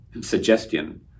suggestion